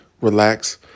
relax